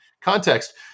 context